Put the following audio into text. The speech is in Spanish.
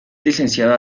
licenciada